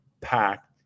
packed